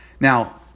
Now